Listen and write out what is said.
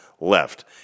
left